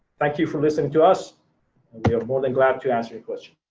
thank you for listening to us, and we are more than glad to answer your questions.